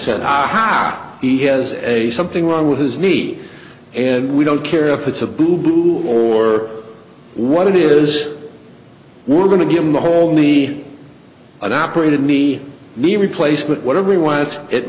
said ah he has a something wrong with his knee and we don't care if it's a boo boo or what it is we're going to give him the whole knee and operated me knee replacement whatever he wants it